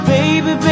Baby